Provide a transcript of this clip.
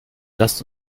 lasst